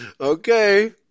Okay